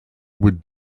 would